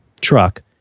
truck